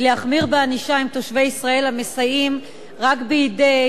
שתנומק מן המקום על-ידי